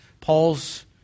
Paul's